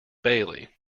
bailey